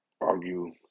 argue